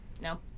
No